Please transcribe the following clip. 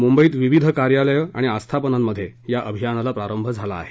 मुंबईत विविध कार्यालयं आणि आस्थापनांमध्ये या अभियानाला प्रारंभ झाला आहे